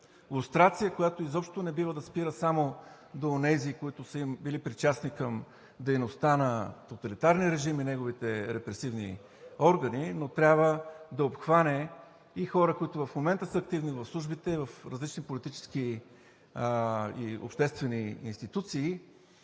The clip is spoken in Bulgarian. Лустрация, която изобщо не бива да спира само до онези, които са им били причастни към дейността на тоталитарния режим и неговите репресивни органи, но трябва да обхване и хора, които в момента са активни в службите и в различни политически и обществени институции.